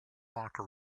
locker